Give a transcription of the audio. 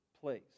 place